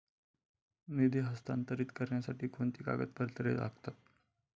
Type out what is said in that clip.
निधी हस्तांतरित करण्यासाठी कोणती कागदपत्रे लागतात?